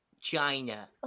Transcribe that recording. China